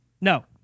No